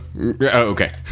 okay